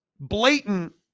blatant